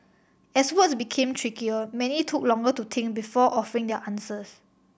as words became trickier many took longer to think before offering their answers